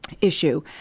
issue